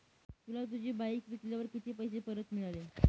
तुला तुझी बाईक विकल्यावर किती पैसे परत मिळाले?